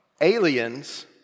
Aliens